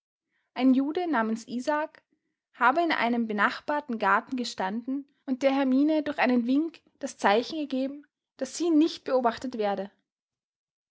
ein jude namens isaak habe in einem benachbarten garten gestanden und der hermine durch einen wink das zeichen gegeben daß sie nicht beobachtet werde